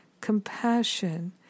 compassion